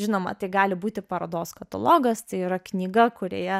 žinoma tai gali būti parodos katalogas tai yra knyga kurioje